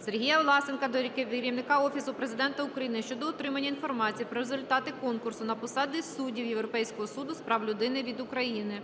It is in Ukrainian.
Сергія Власенка до Керівника Офісу Президента України щодо отримання інформації про результати конкурсу на посади суддів Європейського суду з прав людини від України.